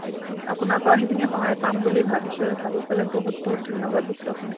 আপোনাৰ পৰা সেইখিনি সহায় পাম বুলি ভাবিছোঁ ভাবি পেলাই বহুত বহুত ধন্যবাদ দিছো আপোনাক